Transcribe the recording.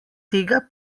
tega